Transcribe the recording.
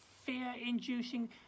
fear-inducing